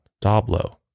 Doblo